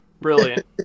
Brilliant